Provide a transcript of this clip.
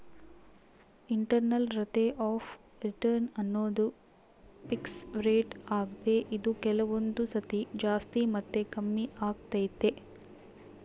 internal rate of return ಅನ್ನೋದು fix rate ಆಗ್ದೆ ಇದು ಕೆಲವೊಂದು ಸತಿ ಜಾಸ್ತಿ ಮತ್ತೆ ಕಮ್ಮಿಆಗ್ತೈತೆ